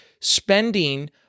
spending